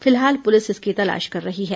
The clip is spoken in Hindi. फिलहाल पुलिस इसकी तलाश कर रही है